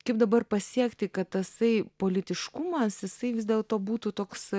kaip dabar pasiekti kad tasai politiškumas jisai vis dėlto būtų toks